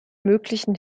möglichen